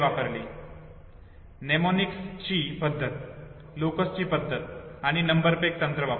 mnemonics ची पद्धत लोकसची पद्धत आणि नंबर पेग तंत्र वापरतो